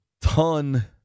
ton